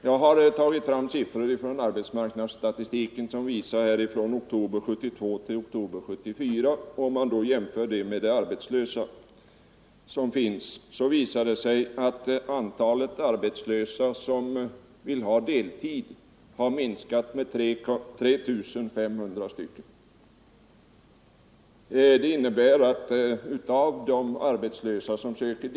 Jag har tagit fram arbetsmarknadsstatistik för tiden oktober 1972 till oktober 1974 och jämfört dessa siffror med antalet arbetslösa. Antalet arbetslösa som vill ha deltidssysselsättning har under denna tid minskat med 3 500 personer.